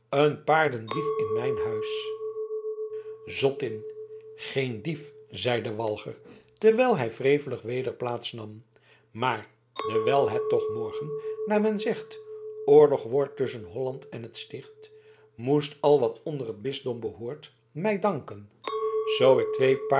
een paardendief in mijn huis zottin geen dief zeide walger terwijl hij wrevelig weder plaats nam maar dewijl het toch morgen naar men zegt oorlog wordt tusschen holland en het sticht moest al wat onder het bisdom behoort mij danken zoo ik twee paarden